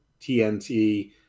TNT